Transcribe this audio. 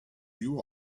you